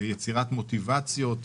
יצירת מוטיבציות.